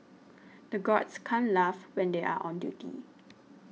the guards can't laugh when they are on duty